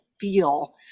feel